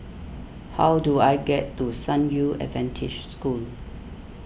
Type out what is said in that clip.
how do I get to San Yu Adventist School